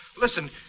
Listen